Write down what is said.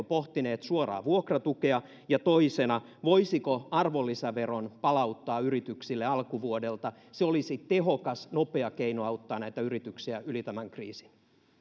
pohtineet suoraa vuokratukea ja toisena voisiko arvonlisäveron palauttaa yrityksille alkuvuodelta se olisi tehokas nopea keino auttaa näitä yrityksiä yli tämän kriisin